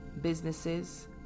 businesses